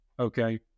Okay